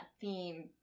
theme